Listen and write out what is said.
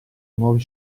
nuovi